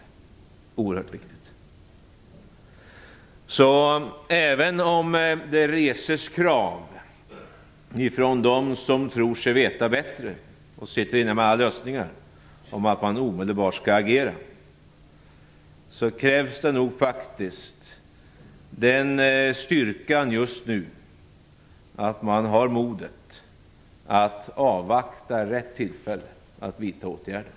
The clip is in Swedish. Detta är oerhört viktigt. Även om det reses krav om att man omedelbart skall agera från dem som tror sig veta bättre och sitter inne med alla lösningar krävs det nu styrkan och modet att avvakta rätt tillfälle att vidta åtgärder.